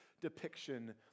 depiction